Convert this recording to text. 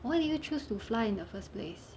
why did you choose to fly in the first place